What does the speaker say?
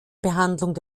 behandlung